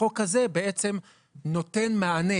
החוק הזה בעצם נותן מענה